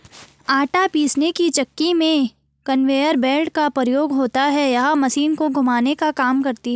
आटा पीसने की चक्की में कन्वेयर बेल्ट का प्रयोग होता है यह मशीन को घुमाने का काम करती है